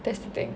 that's the thing